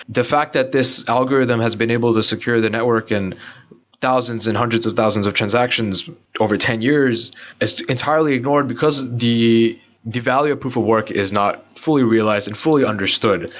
the fact that this algorithm has been able to secure the network and thousands and hundreds of thousands of transactions over ten years is entirely ignored, because the the value of proof of work is not fully realized and fully understood.